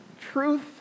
truth